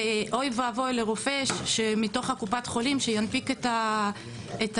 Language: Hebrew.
ואוי ואבוי לרופא שמתוך קופת החולים שינפיק את המרשמים